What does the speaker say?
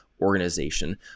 organization